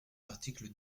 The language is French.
l’article